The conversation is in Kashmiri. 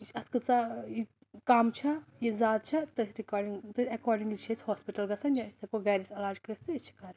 یہِ چھِ اَتھ کۭژاہ یہِ کَم چھا یہِ زیادٕ چھا تٔتھۍ رکارڈِنٛگ تٔتھۍ ایٚکارڈِنٛگلی چھِ أسۍ ہاسپِٹَل گژھان یا أسۍ ہیٚکو گَھرِ اَتھ علاج کٔرِتھ تہٕ أسۍ چھِ کَران